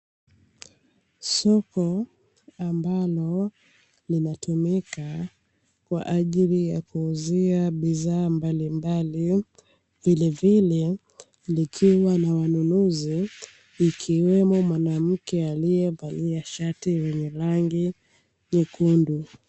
Soko ambalo linatumika kwa ajili ya kuuzia bidhaa mbalimbali vilevile likiwa na wanunuzi ikiwemo na mwanamke aliyevalia shati la rangi nyekundu.